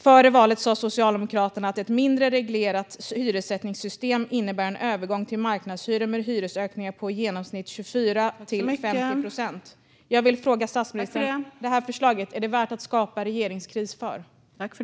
Före valet sa Socialdemokraterna att ett mindre reglerat hyressättningssystem innebär en övergång till marknadshyror med hyresökningar på i genomsnitt 24-50 procent. Jag vill fråga statsministern: Det här förslaget, är det värt att skapa regeringskris för?